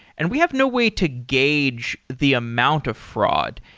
and we have no way to gauge the amount of fraud.